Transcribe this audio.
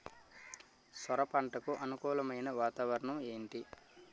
సొర పంటకు అనుకూలమైన వాతావరణం ఏంటి?